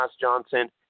Johnson